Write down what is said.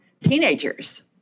teenagers